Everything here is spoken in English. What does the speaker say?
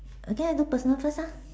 okay I do personal first ah